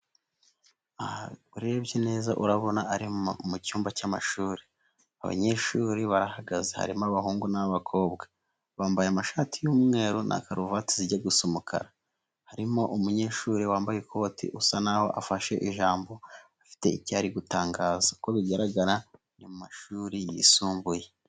Urebye neza urabona mu cyumba cy'amashuri, abanyeshuri bahagaze, harimo abahungu n'abakobwa, bambaye amashati y'umweru na karuvati zijya gusa umukara, harimo umunyeshuri wambaye ikoti usa n'aho afashe ijambo, afite icyo ari gutangaza uko bigaragara ni mu mashuri yisumbuye.